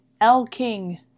L-King